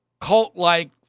cult-like